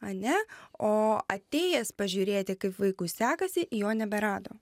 ane o atėjęs pažiūrėti kaip vaikui sekasi jo neberado